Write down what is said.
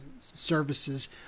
Services